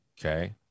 Okay